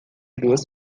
duas